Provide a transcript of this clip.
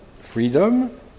freedom